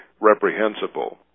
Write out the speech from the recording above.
reprehensible